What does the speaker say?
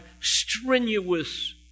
strenuous